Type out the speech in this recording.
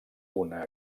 una